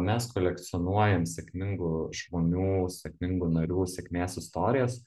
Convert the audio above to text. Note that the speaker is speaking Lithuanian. mes kolekcionuojam sėkmingų žmonių sėkmingų narių sėkmės istorijas